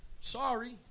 Sorry